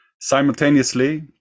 simultaneously